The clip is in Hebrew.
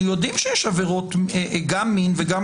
אנחנו יודעים שיש עבירות גם מין וגם